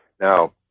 Now